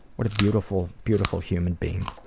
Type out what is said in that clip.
what a beautiful beautiful human being.